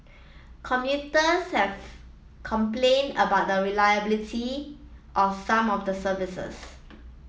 commuters have complained about the reliability of some of the services